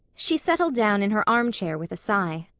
she settled down in her armchair with a sigh.